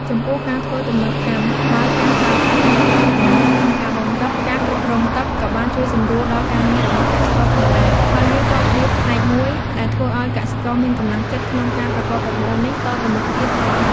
ចំពោះ ការធ្វើទំនើបកម្ម ដោយការប្រើប្រាស់បច្ចេកវិទ្យាទំនើបក្នុងការបូមទឹក ការគ្រប់គ្រងទឹក ក៏បានជួយសម្រួលដល់ការងាររបស់កសិករផងដែរ ហើយវាក៏ជាផ្នែកមួយដែលធ្វើឲ្យកសិករមានកម្លាំងចិត្តក្នុងការប្រកបរបរនេះតទៅមុខទៀតផង។